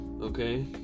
okay